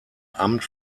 amt